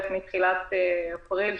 בערך מתחילת אפריל,